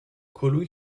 colui